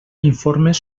informes